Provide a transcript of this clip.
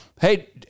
hey